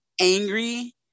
angry